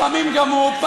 לפעמים גם הוא,